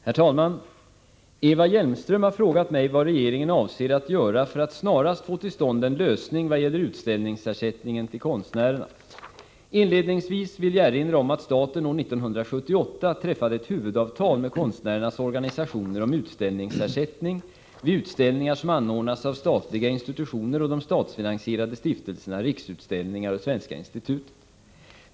Herr talman! Eva Hjelmström har frågat mig vad regeringen avser att göra för att snarast få till stånd en lösning vad gäller utställningsersättningen till konstnärerna. Inledningsvis vill jag erinra om att staten år 1978 träffade ett huvudavtal med konstnärernas organisationer om utställningsersättning vid utställningar som anordnas av statliga institutioner och de statsfinansierade stiftelserna Riksutställningar och Svenska institutet.